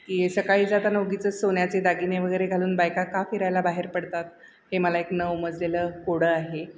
की सकाळी जाताना उगीचंच सोन्याचे दागिने वगैरे घालून बायका का फिरायला बाहेर पडतात हे मला एक न उमजलेलं कोडं आहे